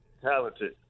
Talented